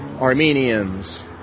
Armenians